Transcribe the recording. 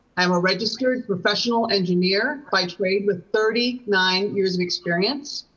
i'm a registered professional engineer by trade with thirty nine years of experience.